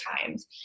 times